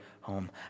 home